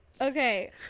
Okay